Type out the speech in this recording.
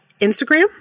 Instagram